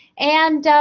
and,